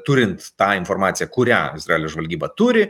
turint tą informaciją kurią izraelio žvalgyba turi